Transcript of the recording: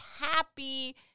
happy